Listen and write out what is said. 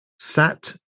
sat